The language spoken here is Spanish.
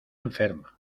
enferma